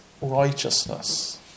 righteousness